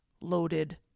loaded